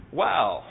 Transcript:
wow